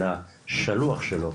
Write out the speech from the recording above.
אלא שלוח שלו,